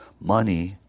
money